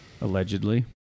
allegedly